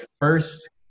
first